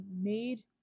made